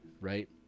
Right